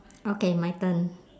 okay my turn